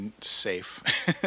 Safe